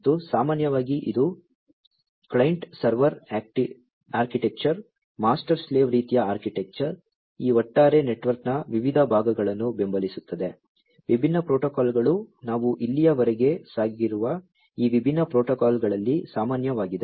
ಮತ್ತು ಸಾಮಾನ್ಯವಾಗಿ ಇದು client server architecture master slave ರೀತಿಯ ಆರ್ಕಿಟೆಕ್ಚರ್ ಈ ಒಟ್ಟಾರೆ ನೆಟ್ವರ್ಕ್ನ ವಿವಿಧ ಭಾಗಗಳನ್ನು ಬೆಂಬಲಿಸುತ್ತದೆ ವಿಭಿನ್ನ ಪ್ರೋಟೋಕಾಲ್ಗಳು ನಾವು ಇಲ್ಲಿಯವರೆಗೆ ಸಾಗಿರುವ ಈ ವಿಭಿನ್ನ ಪ್ರೋಟೋಕಾಲ್ಗಳಲ್ಲಿ ಸಾಮಾನ್ಯವಾಗಿದೆ